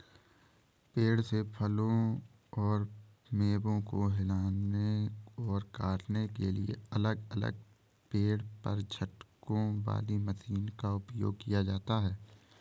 पेड़ से फलों और मेवों को हिलाने और काटने के लिए अलग अलग पेड़ पर झटकों वाली मशीनों का उपयोग किया जाता है